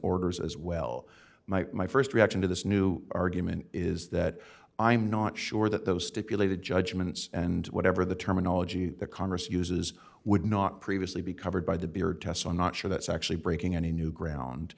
orders as well might my st reaction to this new argument is that i'm not sure that those stipulated judgments and whatever the terminology the congress uses would not previously be covered by the beard test i'm not sure that's actually breaking any new ground